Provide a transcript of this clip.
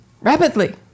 rapidly